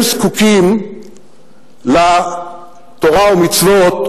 הם זקוקים לתורה ומצוות,